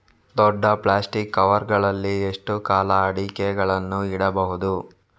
ದೊಡ್ಡ plastic cover ಗಳಲ್ಲಿ ಎಷ್ಟು ಕಾಲ ಅಡಿಕೆಗಳನ್ನು ಇಡಬಹುದು?